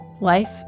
Life